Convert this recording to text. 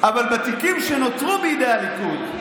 אבל בתיקים שנותרו בידי הליכוד,